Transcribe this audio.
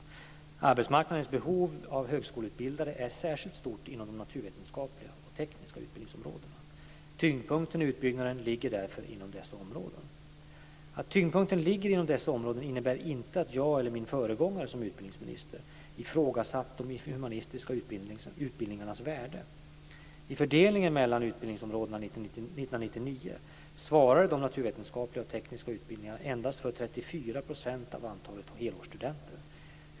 Arbetsmarknadens behov av högskoleutbildade är särskilt stort inom de naturvetenskapliga och tekniska utbildningsområdena. Tyngdpunkten i utbyggnaden ligger därför inom dessa områden. Att tyngdpunkten ligger inom dessa områden innebär inte att jag eller min föregångare som utbildningsminister har ifrågasatt de humanistiska utbildningarnas värde. I fördelningen mellan utbildningsområden 1999 svarade de naturvetenskapliga och tekniska utbildningarna endast för 34 % av antalet helårsstudenter.